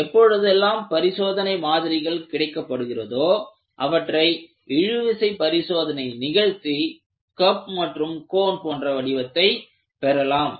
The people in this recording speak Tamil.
எப்பொழுதெல்லாம் பரிசோதனை மாதிரிகள் கிடைக்கப்படுகிறதோ அவற்றை இழுவிசை பரிசோதனை நிகழ்த்தி கப் மற்றும் கோன் போன்ற வடிவத்தை காணலாம்